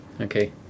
Okay